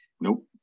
Nope